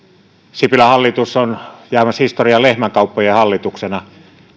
sipilän hallitus on jäämässä historiaan lehmänkauppojen hallituksena